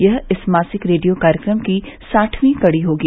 यह इस मासिक रेडियो कार्यक्रम की साठवीं कड़ी होगी